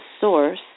source